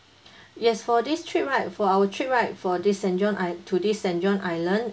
yes for this trip right for our trip right for this saint john i~ to this saint john island